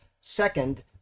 second